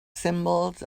symbols